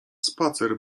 spacer